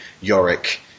Yorick